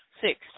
Six